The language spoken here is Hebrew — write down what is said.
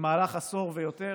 במהלך עשור ויותר?